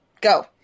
Go